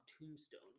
tombstone